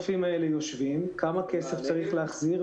כמה כסף צריך להחזיר,